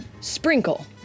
Sprinkle